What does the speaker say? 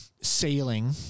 sailing